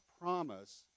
promise